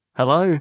hello